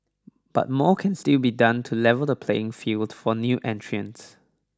but more can still be done to level the playing field for new entrants